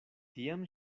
tiam